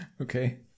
Okay